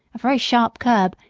a very sharp curb,